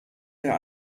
der